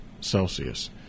Celsius